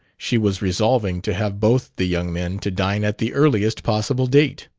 she was resolving to have both the young men to dine at the earliest possible date.